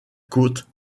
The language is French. côte